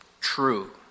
true